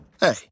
Hey